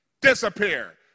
disappear